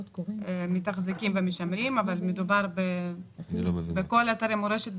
מתחזקים ומשמרים אבל מדובר בכל אתרי המורשת,